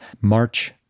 March